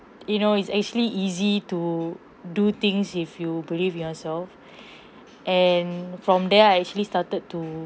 you know it's actually easy to do things if you believe in yourself and from there I actually started to